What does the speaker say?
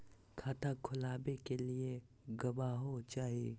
खाता खोलाबे के लिए गवाहों चाही?